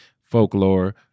folklore